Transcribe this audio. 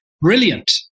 Brilliant